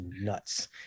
nuts